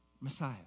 Messiah